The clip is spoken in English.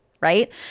right